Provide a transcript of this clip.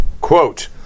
Quote